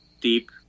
deep